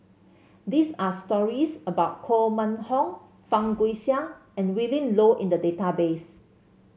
these are stories about Koh Mun Hong Fang Guixiang and Willin Low in the database